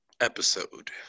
episode